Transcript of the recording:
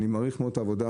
אני מעריך מאוד את העבודה,